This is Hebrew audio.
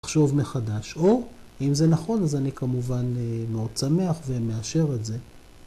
‫לחשוב מחדש, או, אם זה נכון, ‫אז אני כמובן מאוד שמח ומאשר את זה.